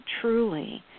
truly